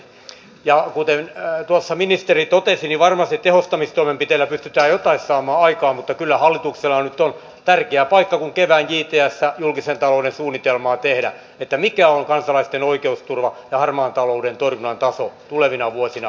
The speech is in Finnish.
ja kuten tuossa ministeri totesi niin varmasti tehostamistoimenpiteillä pystyään jotain saamaan aikaan mutta kyllä hallituksella nyt on tärkeä paikka päättää kun kevään jtsää julkisen talouden suunnitelmaa tehdään mikä on kansalaisten oikeusturva ja harmaan talouden torjunnan taso tulevina vuosina uudella kehyskaudella